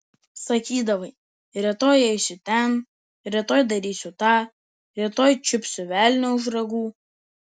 sakydavai rytoj eisiu ten rytoj darysiu tą rytoj čiupsiu velnią už ragų